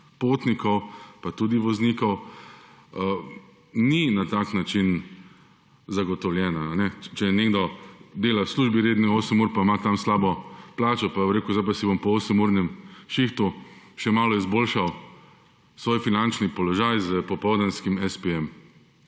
potnikov pa tudi voznikov ni na tak način zagotovljena. Če nekdo dela v redni službi osem ur pa ima tam slabo plačo, pa bo rekel, zdaj si bom po osemurnem šihtu še malo izboljšal svoj finančni položaj s popoldanskim